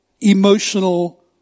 emotional